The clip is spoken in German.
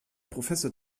professor